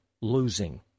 losing